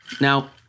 Now